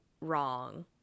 wrong